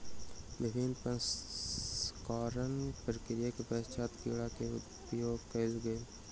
विभिन्न प्रसंस्करणक प्रक्रिया के पश्चात कीड़ा के उपयोग कयल गेल